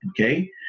okay